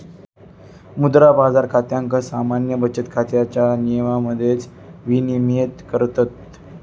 मुद्रा बाजार खात्याक सामान्य बचत खात्याच्या नियमांमध्येच विनियमित करतत